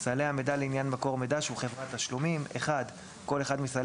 סלי המידע לעניין מקור מידע שהוא חברת תשלומים כל אחד מסלי